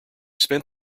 spent